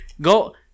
Go